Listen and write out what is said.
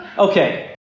Okay